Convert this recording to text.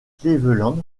cleveland